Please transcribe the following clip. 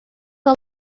del